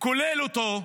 כולל אותו,